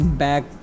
back